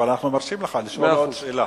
אבל אנחנו מרשים לך לשאול עוד שאלה.